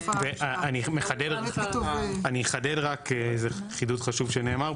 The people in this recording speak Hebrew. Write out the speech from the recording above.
אני אחדד רק, זה חידוד חשוב שנאמר.